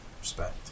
Respect